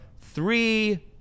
three